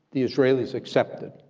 the israelis accepted.